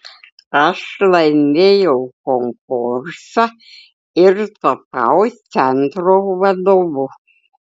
aš laimėjau konkursą ir tapau centro vadovu